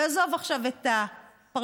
ועזוב עכשיו את הפרשנויות,